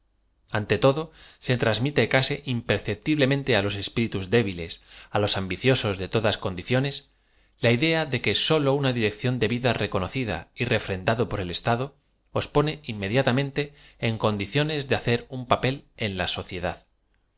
ante todo se transmite casi imperceptiblemente á los espíritus débiles á ios ambicio so a de todaa condicio nes la idea de que sólo una dirección de v id a recono cida y refrendado por el eatado os pone inmediata mente en condiciones de hacer uq papel en la socü